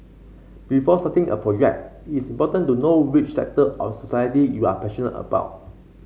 before starting a project it is important to know which sector of society you are passionate about